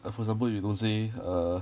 like for example if you don't say err